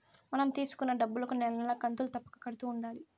మనం తీసుకున్న డబ్బులుకి నెల నెలా కంతులు తప్పక కడుతూ ఉండాలి